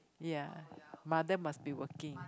ya mother must be working